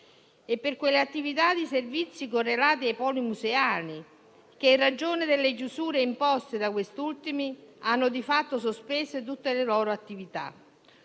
a quelle attività di servizi correlati ai poli museali che, in ragione delle chiusure imposte a quest'ultimi, hanno di fatto sospeso tutte le loro attività;